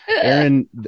Aaron